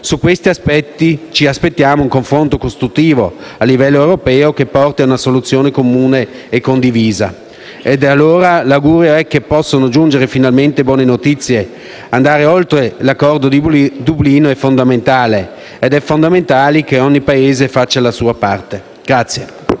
Su questi punti ci aspettiamo un confronto costruttivo a livello europeo che porti a una soluzione comune e condivisa. L'augurio è quindi che possano giungere finalmente buone notizie. Andare oltre l'accordo di Dublino è fondamentale, come lo è anche il fatto che ogni Paese faccia la sua parte.